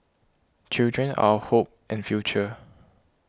children are our hope and future